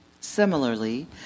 Similarly